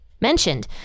mentioned